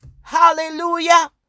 Hallelujah